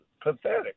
pathetic